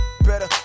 Better